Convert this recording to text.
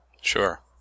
Sure